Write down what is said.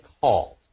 called